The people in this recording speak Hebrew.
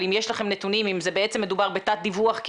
אבל אם יש לכם נתונים אם בעצם מדובר בתת דיווח כי